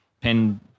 pen